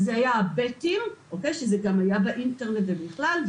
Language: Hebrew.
זה היה הבתים שזה גם באינטרנט ובכלל.